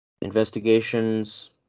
Investigations